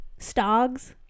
stogs